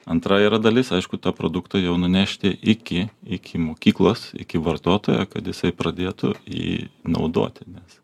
antra yra dalis aišku tą produktą jau nunešti iki iki mokyklos iki vartotojo kad jisai pradėtų jį naudoti nes